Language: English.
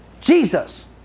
Jesus